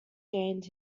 gained